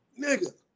Nigga